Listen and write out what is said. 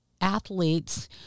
athletes